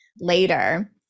later